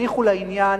הניחו לעניין,